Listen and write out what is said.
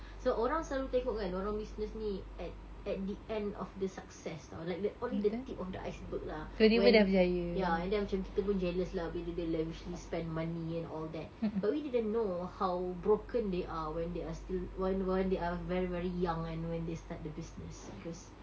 so orang selalu tengok kan orang business ni at at the end of the success [tau] like the only the tip of the iceberg lah when ya and then macam kita pun jealous lah bila dia lavishly spend money and all that but we didn't know how broken they are when they are still when when they are very very young and when they start the business because